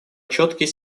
четкий